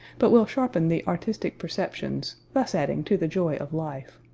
but will sharpen the artistic perceptions, thus adding to the joy of life.